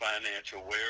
financial